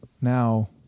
Now